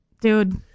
dude